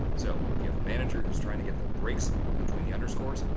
so, if you have a manager who is trying to get the breaks between the underscore,